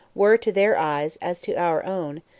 were to their eyes, as to our own,